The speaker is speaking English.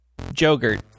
jogurt